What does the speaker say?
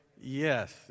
Yes